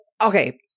okay